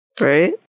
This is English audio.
Right